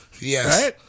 Yes